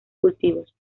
cultivos